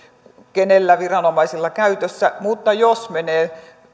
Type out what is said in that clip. viranomaisilla käytössä mutta jos menee